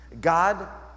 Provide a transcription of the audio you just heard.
God